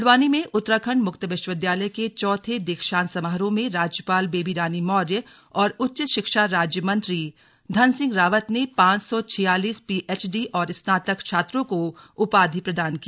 हल्द्वानी में उत्तराखंड मुक्त विश्वविद्यालय के चौथे दीक्षांत समारोह में राज्यपाल बेबी रानी मौर्य और उच्च शिक्षा राज्य मंत्री धन सिंह रावत ने पांच सौ छियालीस पीएचडी और स्नातक छात्रों को उपाधि प्रदान की